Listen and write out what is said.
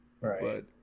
Right